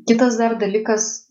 kitas dar dalykas